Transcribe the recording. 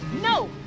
No